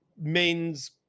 men's